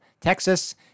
Texas